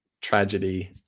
tragedy